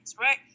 right